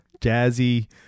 jazzy